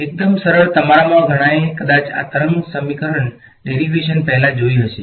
એકદમ સરળ તમારામાંના ઘણાએ કદાચ આ તરંગ સમીકરણ ડેરીવેશન પહેલા જોઈ હશે